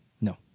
No